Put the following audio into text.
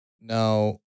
Now